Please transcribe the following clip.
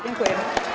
Dziękuję.